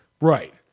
Right